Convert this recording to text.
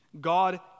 God